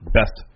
best